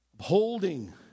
Holding